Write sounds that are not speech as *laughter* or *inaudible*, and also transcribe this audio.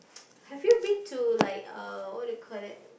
*noise* have you been to like uh what do you call that